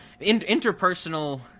interpersonal